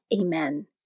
Amen